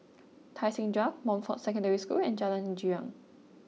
Tai Seng Drive Montfort Secondary School and Jalan Girang